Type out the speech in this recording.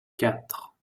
quatre